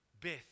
Beth